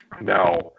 Now